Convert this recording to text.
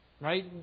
Right